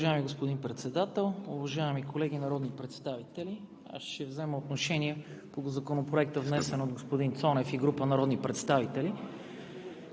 уважаеми господин Председател. Уважаеми колеги народни представители! Аз ще взема отношение по Законопроекта, внесен от господин Цонев и група народни представители,